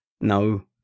No